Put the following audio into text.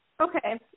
Okay